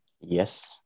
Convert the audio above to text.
Yes